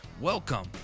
welcome